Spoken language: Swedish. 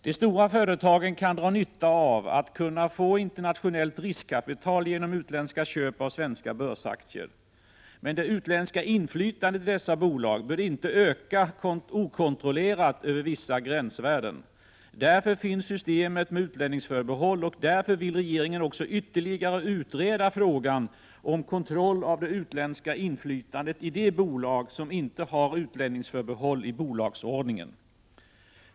De stora företagen kan dra nytta av att kunna få internationellt riskkapital genom utländska köp av svenska börsaktier. Men det utländska inflytandet i dessa bolag bör inte öka okontrollerat över vissa gränsvärden. Därför finns systemet med utlänningsförbehåll, och därför vill regeringen också ytterligare utreda frågan om kontroll av det utländska inflytandet i de bolag som inte har utlänningsförbehåll i bolagsordningen.